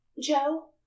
Joe